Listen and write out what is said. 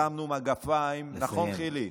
שמנו מגפיים, נכון, חילי?